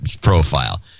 profile